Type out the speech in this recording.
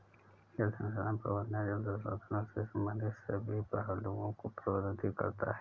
जल संसाधन प्रबंधन जल संसाधनों से संबंधित सभी पहलुओं को प्रबंधित करता है